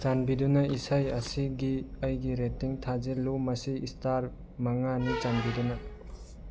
ꯆꯥꯟꯕꯤꯗꯨꯅ ꯏꯁꯩ ꯑꯁꯤꯒꯤ ꯑꯩꯒꯤ ꯔꯦꯇꯤꯡ ꯊꯥꯖꯤꯜꯂꯨ ꯃꯁꯤ ꯏꯁꯇꯥꯔ ꯃꯉꯥꯅꯤ ꯆꯥꯟꯕꯤꯗꯨꯅ